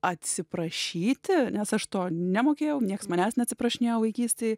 atsiprašyti nes aš to nemokėjau niekas manęs neatsiprašinėjo vaikystėj